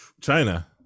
China